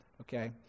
okay